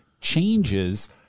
changes